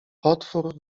potwór